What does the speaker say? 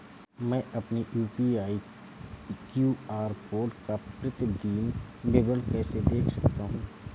मैं अपनी UPI QR code का प्रतीदीन विवरण कैसे देख सकता हूँ?